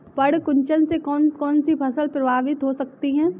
पर्ण कुंचन से कौन कौन सी फसल प्रभावित हो सकती है?